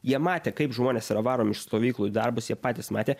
jie matė kaip žmonės yra varomi iš stovyklų į darbus jie patys matė